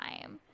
time